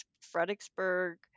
Fredericksburg